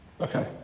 Okay